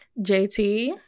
JT